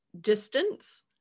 distance